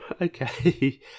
okay